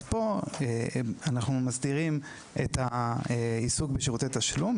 כאן אנחנו מסדירים את העיסוק בשירותי תשלום.